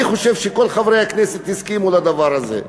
אני חושב שכל חברי הכנסת הסכימו לדבר הזה.